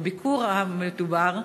בביקור המדובר,